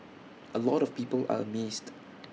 A lot of people are amazed